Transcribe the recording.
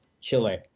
Chile